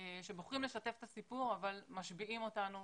שבוחרים לשתף את הסיפור אבל משביעים אותנו